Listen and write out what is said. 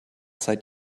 seid